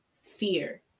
fear